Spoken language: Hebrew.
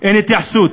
אין התייחסות.